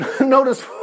Notice